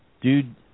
Dude